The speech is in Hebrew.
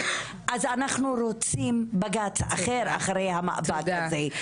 אז אנחנו רומים בג"צ אחר אחרי המאבק הזה,